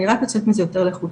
אני רק יוצאת מזה יותר לחוצה,